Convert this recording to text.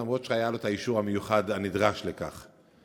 אף שהיה לו האישור המיוחד הנדרש לכך.